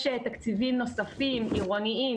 יש תקציביים נוספים, עירוניים.